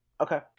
Okay